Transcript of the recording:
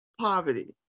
poverty